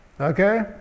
okay